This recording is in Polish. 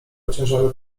ociężale